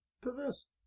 perverse